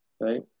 right